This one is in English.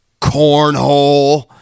cornhole